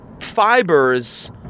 fibers